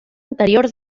anterior